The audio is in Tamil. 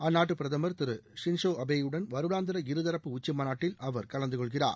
அந்நாட்டு பிரதமர் திரு ஷின் ஸோ அபேயுடன் வருடாந்திர இருதரப்பு உச்சி மாநாட்டில் அவர் கலந்து கொள்கிறார்